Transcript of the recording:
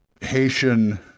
Haitian